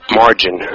margin